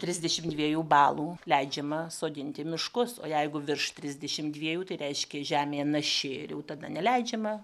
trisdešim dviejų balų leidžiama sodinti miškus o jeigu virš trisdešim dviejų tai reiškia žemė naši ir jau tada neleidžiama